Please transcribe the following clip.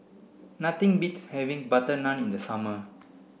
nothing beats having butter naan in the summer